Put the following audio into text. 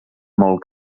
molt